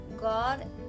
God